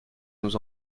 nos